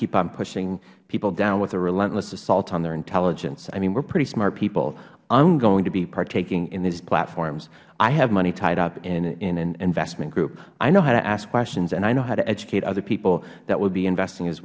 keep on pushing people down with the relentless assaults on their intelligence i mean we are pretty smart people i am going to be partaking in these platforms i have money tied up in an investment group i know how to ask questions and i know how to educate other people that will be investing as